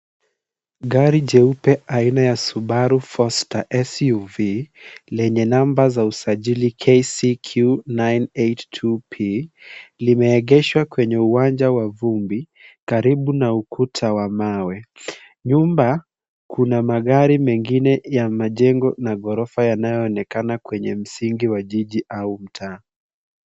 Gari jeupe aina ya Subaru Forester SUV lenye namba za usajili KCQ 982P.Limeegeshwa kwenye uwanja wa vumbi karibu na ukuta wa mawe. Nyuma kuna magari mengine ya majengo na ghorofa yanayoonekana kwenye msingi wa jiji au mtaa.